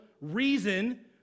reason